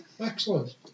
Excellent